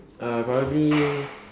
uh probably